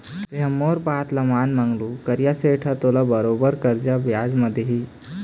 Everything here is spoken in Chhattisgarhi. तेंहा मोर बात मान मंगलू करिया सेठ ह तोला बरोबर करजा बियाज म दिही